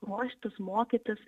ruoštis mokytis